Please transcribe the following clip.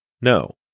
No